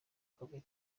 komini